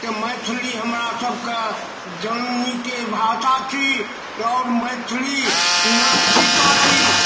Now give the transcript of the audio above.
जे मैथिली हमरा सबके जननीके भाषा छी आओर मैथिलीमे सीता जी